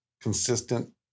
consistent